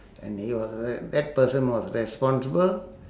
and it was th~ that person was responsible